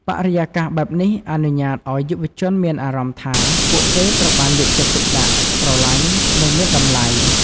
បរិយាកាសបែបនេះអនុញ្ញាតឱ្យយុវជនមានអារម្មណ៍ថាពួកគេត្រូវបានយកចិត្តទុកដាក់ ស្រឡាញ់ និងមានតម្លៃ។